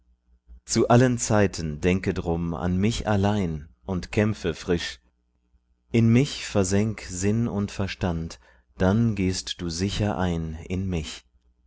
zu allen zeiten denke drum an mich allein und kämpfe frisch in mich versenk sinn und verstand dann gehst du sicher ein in mich